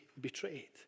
betrayed